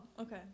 okay